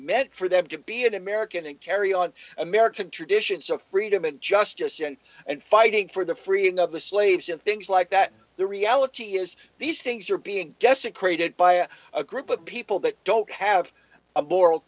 meant for them to be an american and carry on american traditions of freedom and justice and and fighting for the freeing of the slaves and things like that the reality is these things are being desecrated by a group of people that don't have a moral